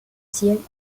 ziel